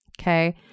Okay